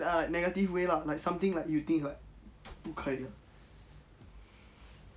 err negative way lah like something like you think 不可以的